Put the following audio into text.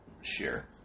share